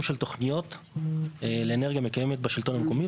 של תוכניות לאנרגיה מקיימת בשלטון המקומי.